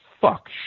fuck